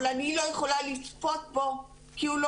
אבל אני לא יכולה לצפות בו כי הוא לא